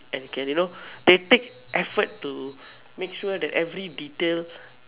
and can you know they take effort to make sure every detail